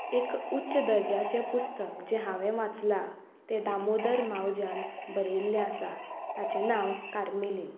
एक उच्च दर्ज्याचें पुस्तक जें हांवें वाचलां तें दामोदर मावज्यान बरयल्लें आसा ताचें नांव कार्मेलीन